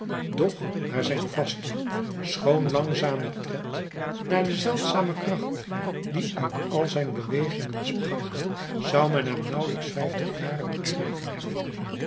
doch naar zijn vasten schoon langzamen tred naar de zeldzame kracht die uit al zijn bewegingen sprak zou men hem nauwelijks vijftig jaren gegeven hebben